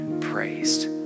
praised